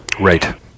Right